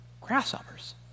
Grasshoppers